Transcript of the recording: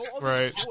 Right